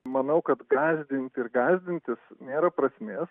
manau kad gąsdinti ir gąsdintis nėra prasmės